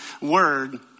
word